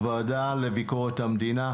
הוועדה לביקורת המדינה,